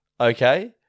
Okay